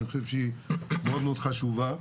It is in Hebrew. אני חושב שהיא מאוד מאוד חשובה.